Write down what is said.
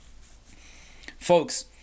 Folks